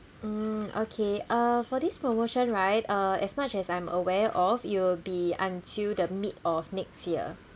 mm okay uh for this promotion right uh as much as I am aware of it'll be until the mid of next year